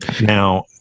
Now